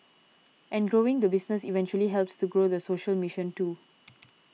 and growing the business eventually helps to grow the social mission too